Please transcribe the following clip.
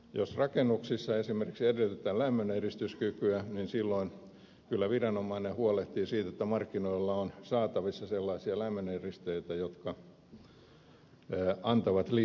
jos rakennuksissa esimerkiksi edellytetään lämmöneristyskykyä silloin kyllä viranomainen huolehtii siitä että markkinoilla on saatavissa sellaisia lämmöneristeitä jotka antavat riittävän lämmöneristyskyvyn